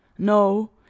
No